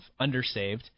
undersaved